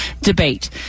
debate